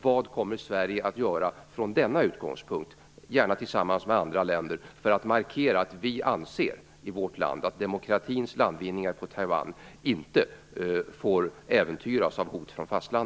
Vad kommer Sverige att göra från denna utgångspunkt, gärna tillsammans med andra länder, för att markera att vi i vårt land anser att demokratins landvinningar på Taiwan inte får äventyras av hot från fastlandet?